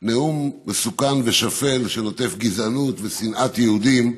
נאום מסוכן ושפל, שנוטף גזענות ושנאת יהודים.